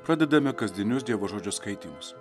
padedame kasdienius dievo žodžio skaitymas